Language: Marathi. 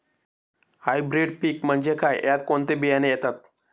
हायब्रीड पीक म्हणजे काय? यात कोणते बियाणे येतात?